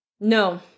No